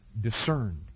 discerned